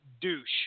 douche